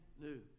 new